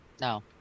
No